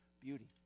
beauty